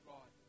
God